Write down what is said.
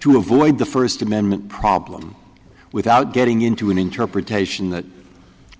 to avoid the first amendment problem without getting into an interpretation that to